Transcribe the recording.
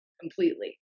completely